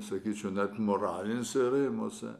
sakyčiau net moraliniuose rėmuose